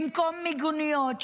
במקום מיגוניות,